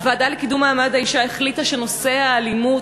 הוועדה לקידום מעמד האישה החליטה שנושא האלימות